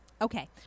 Okay